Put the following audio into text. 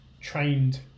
trained